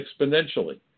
exponentially